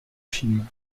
film